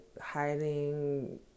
hiding